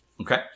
Okay